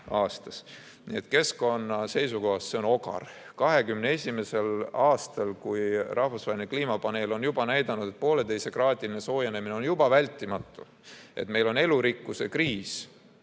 Nii et keskkonna seisukohast see on ogar. 2021. aastal, kui rahvusvaheline kliimapaneel on juba näidanud, et pooleteisekraadine soojenemine on vältimatu ja meil on elurikkuse kriis,